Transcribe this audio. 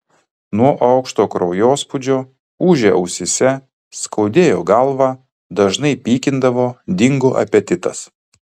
nuo aukšto kraujospūdžio ūžė ausyse skaudėjo galvą dažnai pykindavo dingo apetitas